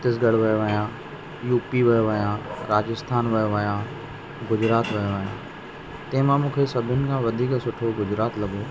छत्तीसगढ़ वियो आहियां U P वियो आहियां राजस्थान वियो आहियां गुजरात वियो आहियां तंहिंमां मूंखे सभिनि खां सुठो गुजरात लॻो